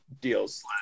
deals